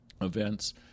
events